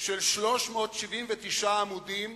של 379 עמודים.